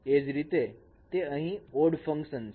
એ જ રીતે તે અહીં ઓડ ફંકશન છે